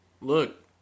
Look